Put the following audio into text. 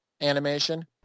animation